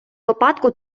випадку